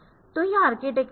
तो यह आर्किटेक्चर है